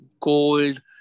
cold